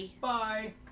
Bye